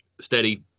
steady